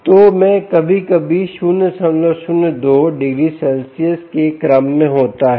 तो मैं यह कभी कभी 002 डिग्री सेल्सियस के क्रम में होता है